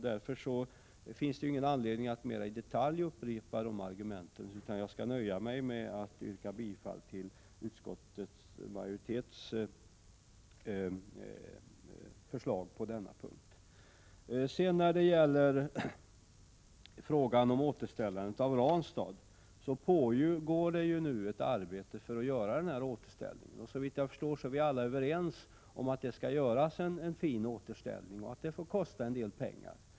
Därför finns det ingen anledning att mer i detalj upprepa de argumenten, utan jag skall nöja mig med att yrka bifall till utskottsmajoritetens förslag på denna punkt. Det pågår nu ett arbete för återställande av Ranstad. Såvitt jag förstår är vi alla överens om att det skall göras en fin återställning och att det får kosta en del pengar.